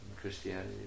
Christianity